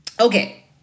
Okay